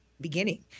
beginning